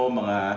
mga